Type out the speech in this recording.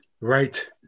Right